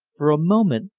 for a moment.